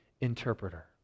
interpreter